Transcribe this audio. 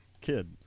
kid